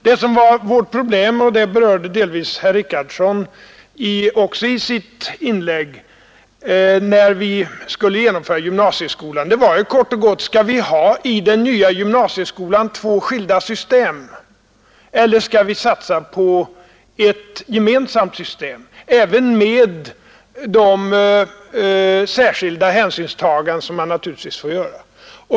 Det som var vårt problem när vi skulle genomföra gymnasieskolan - det berördes också delvis av herr Richardson i hans inlägg — var kort och gott frågan om vi i den nya gymnasieskolan skall ha två skilda system eller om vi skall satsa på ett gemensamt system även med de särskilda hänsyn man naturligtvis får ta.